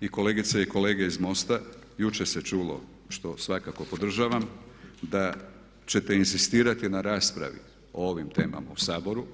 i kolegice i kolege iz MOST-a jučer se čulo što svakako podržavam da ćete inzistirati na raspravi o ovim temama u Saboru.